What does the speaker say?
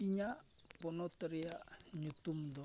ᱤᱧᱟᱹᱜ ᱯᱚᱱᱚᱛ ᱨᱮᱭᱟᱜ ᱧᱩᱛᱩᱢ ᱫᱚ